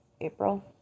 April